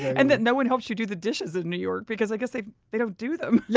and that no one helps you do the dishes in new york because i guess they they don't do them